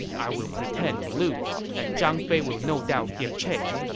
i will pretend to lose, and zhang fei will no doubt give chase.